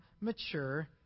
mature